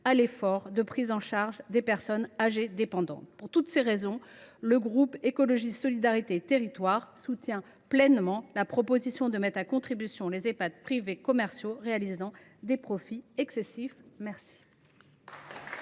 à l’effort de prise en charge des personnes âgées dépendantes. Pour toutes ces raisons, le groupe Écologiste – Solidarité et Territoires soutient pleinement la proposition de loi visant à mettre à contribution les Ehpad privés commerciaux réalisant des profits excessifs. La